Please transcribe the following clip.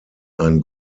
ein